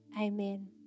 Amen